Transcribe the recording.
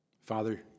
Father